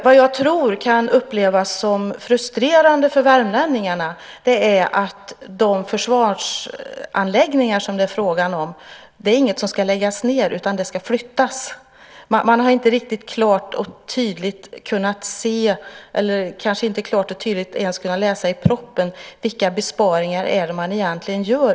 Vad jag tror kan upplevas som frustrerande för värmlänningarna är att de försvarsanläggningar som det är fråga om inte ska läggas ned utan flyttas. Man har inte klart och tydligt kunnat se, kanske inte ens i proppen, vilka besparingar som egentligen görs.